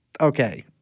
okay